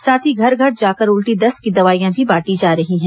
साथ ही घर घर जाकर उल्टी दस्त की दवाईयां भी बांटी जा रही है